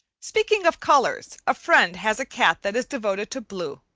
speaking of colors, a friend has a cat that is devoted to blue.